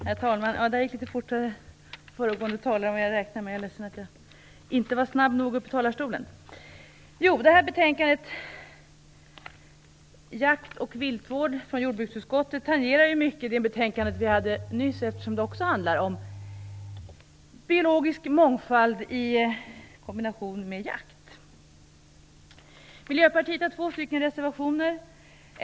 Herr talman! Föregående talare var litet snabbare än vad jag hade räknat med. Jag är ledsen att jag inte var snabb nog upp i talarstolen. Det här betänkandet från jordbruksutskottet, Jakt och viltvård, tangerar det betänkande vi talade om nyss, eftersom det också handlar om biologisk mångfald i kombination med jakt. Miljöpartiet har två reservationer.